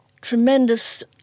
tremendous